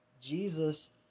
Jesus